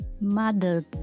mother